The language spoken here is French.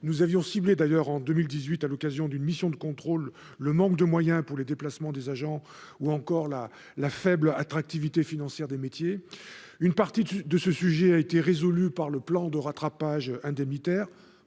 nous avions ciblé, d'ailleurs, en 2018, à l'occasion d'une mission de contrôle, le manque de moyens pour les déplacements des agents ou encore la la faible attractivité financière des métiers, une partie du de ce sujet a été résolue par le plan de rattrapage indemnitaire